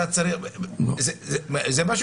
זה מה שמשתמע.